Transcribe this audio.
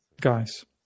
Guys